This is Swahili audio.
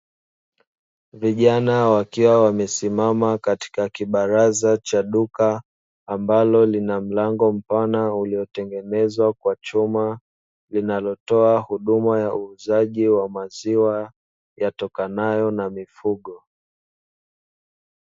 Vijana wakiwa wamesimama katika kibaraza cha duka ambalo lina mlango mpana uliotengenezwa kwa chuma linalotoa huduma ya uuzaji wa maziwa yatokanayo na mifugo.